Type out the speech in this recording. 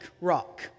rock